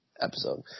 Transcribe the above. episode